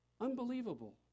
Unbelievable